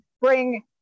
bring